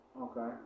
Okay